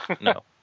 No